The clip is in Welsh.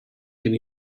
gen